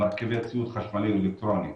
מרכיבי ציוד חשמלי ואלקטרוני.